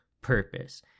purpose